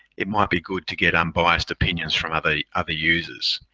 it might be good to get unbiased opinions from other other users.